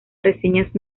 reseñas